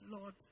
Lord